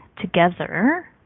together